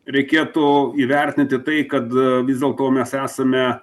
reikėtų įvertinti tai kada vis dėlto mes esame